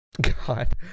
God